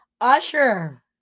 Usher